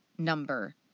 number